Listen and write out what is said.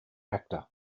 actor